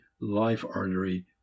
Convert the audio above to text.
life-artery